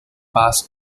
pass